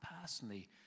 personally